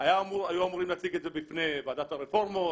היו אמורים להציג את התכנית בפני ועדת הרפורמות,